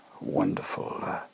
wonderful